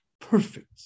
perfect